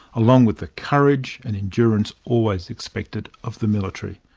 along with the courage and endurance always expected of the military.